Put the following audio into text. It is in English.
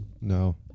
No